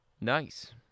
Nice